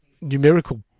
numerical